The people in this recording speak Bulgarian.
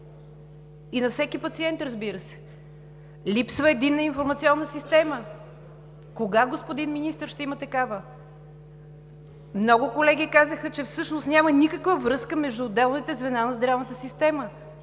и на всеки пациент, разбира се. Липсва единна информационна система. Кога, господин Министър, ще има такава? Много колеги казаха, че всъщност няма никаква връзка между отделните звена на здравната система